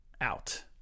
out